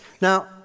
Now